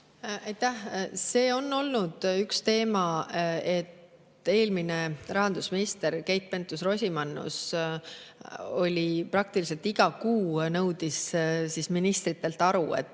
See on olnud üks teema. Eelmine rahandusminister Keit Pentus-Rosimannus praktiliselt iga kuu nõudis ministritelt aru,